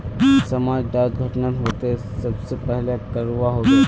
समाज डात घटना होते ते सबसे पहले का करवा होबे?